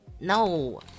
No